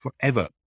forever